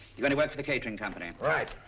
going to work for the catering company? right.